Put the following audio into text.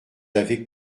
avait